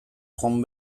joan